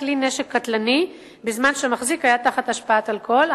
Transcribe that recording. כלי נשק קטלני בזמן שהמחזיק היה תחת השפעת אלכוהול.